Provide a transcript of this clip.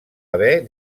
haver